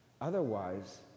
Otherwise